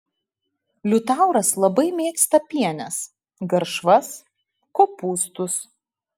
liutauras labai mėgsta pienes garšvas kopūstus